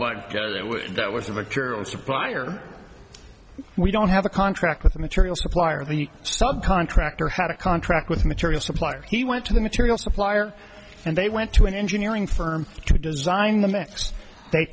was that was the material supplier we don't have a contract with a material supplier the sub contractor had a contract with material supplier he went to the material supplier and they went to an engineering firm to design the mics they